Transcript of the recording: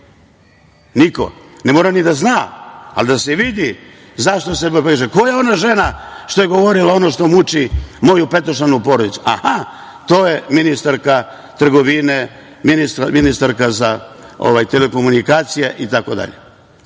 Niko. Ne mora ni da zna, ali da se vidi zašto se… Ko je ona žena što je govorila ono što muči moju petočlanu porodicu? Aha, to je ministarka trgovine, ministarka za telekomunikacije itd. Oprostite